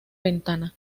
ventana